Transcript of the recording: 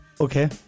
Okay